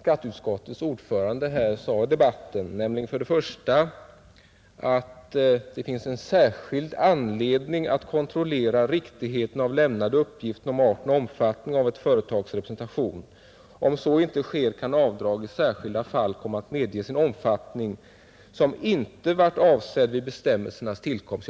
skatteutskottets ordförande här sade i debatten, nämligen att det finns särskild anledning att kontrollera riktigheten av lämnade uppgifter om arten och omfattningen av ett företags representation. Om så inte sker kan avdrag i särskilda fall komma att medges i en omfattning som inte varit avsedd vid bestämmelsernas tillkomst.